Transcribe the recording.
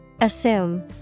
Assume